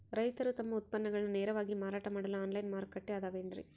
ರೈತರು ತಮ್ಮ ಉತ್ಪನ್ನಗಳನ್ನ ನೇರವಾಗಿ ಮಾರಾಟ ಮಾಡಲು ಆನ್ಲೈನ್ ಮಾರುಕಟ್ಟೆ ಅದವೇನ್ರಿ?